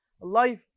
Life